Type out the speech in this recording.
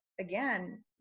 again